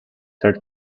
her